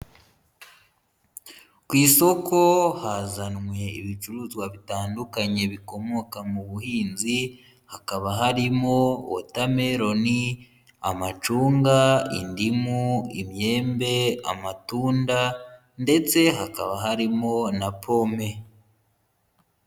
Ku isoko hazanwe ibicuruzwa bitandukanye bikomoka mu buhinzi, hakaba harimo watermelon, amacunga, indimu, imyembe, amatunda ndetse hakaba harimo na pome.